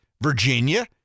Virginia